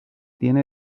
tiene